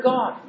God